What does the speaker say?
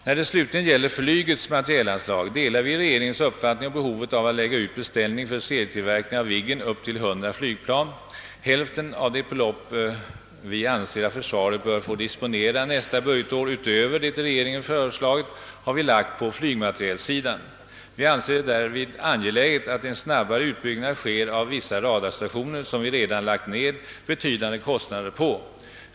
När det slutligen gäller flygets materielanslag delar vi regeringens uppfattning om behovet av att lägga ut beställning för serietillverkning av Viggen på upp till 100 flygplan. Hälften av det belopp som försvaret enligt vår mening bör få disponera nästa budgetår utöver det av regeringen föreslagna har vi placerat på flygmaterielsidan. Vi anser det angeläget att en snabbare utbyggnad sker av vissa radarstationer, som man re dan lagt ned betydande kostnader på.